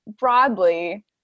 broadly